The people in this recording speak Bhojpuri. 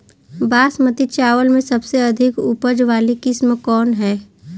बासमती चावल में सबसे अधिक उपज वाली किस्म कौन है?